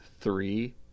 three